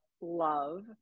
love